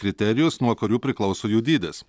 kriterijus nuo kurių priklauso jų dydis